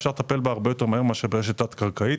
אפשר לטפל הרבה יותר מהר מאשר ברשת תת-קרקעית.